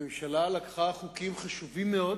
הממשלה לקחה חוקים חשובים מאוד